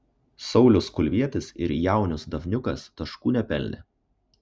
saulius kulvietis ir jaunius davniukas taškų nepelnė